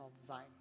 design